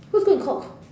who's going to cook